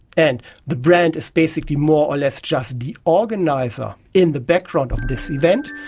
and the brand is basically more or less just the organiser in the background of this event,